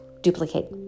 duplicate